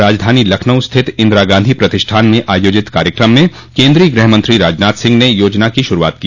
राजधानी लखनऊ स्थित इन्दिरा गांधी प्रतिष्ठान में आयोजित कार्यक्रम में केन्द्रीय गृह मंत्री राजनाथ सिंह ने योजना की शुरूआत की